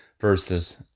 versus